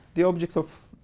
the object of